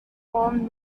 form